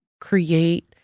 create